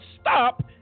stop